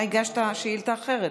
אתה הגשת שאילתה אחרת.